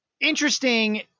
interesting